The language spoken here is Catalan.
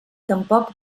tampoc